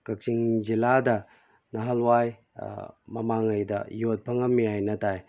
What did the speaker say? ꯀꯛꯆꯤꯡ ꯖꯤꯂꯥꯗ ꯅꯍꯥꯜꯋꯥꯏ ꯃꯃꯥꯡꯉꯩꯗ ꯌꯣꯠ ꯐꯪꯉꯝꯃꯤ ꯍꯥꯏꯅ ꯇꯥꯏ